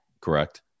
Correct